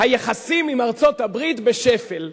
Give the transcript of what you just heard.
היחסים עם ארצות-הברית בשפל.